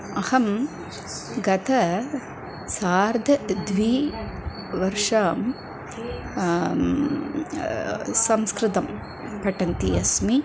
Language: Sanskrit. अहं गत सार्धद्विवर्षं संस्कृतं पठन्ती अस्मि